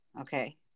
okay